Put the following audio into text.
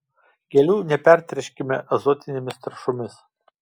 gėlių nepertręškime azotinėmis trąšomis